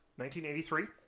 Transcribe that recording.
1983